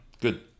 Good